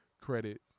credit